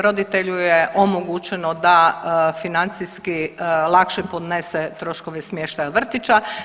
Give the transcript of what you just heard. Roditelju je omogućeno da financijski lakše podnese troškove smještaja vrtića.